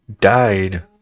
died